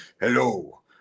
hello